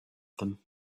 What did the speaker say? them